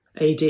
AD